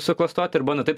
suklastoti ir bando taip